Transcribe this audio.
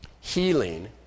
healing